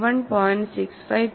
KI 0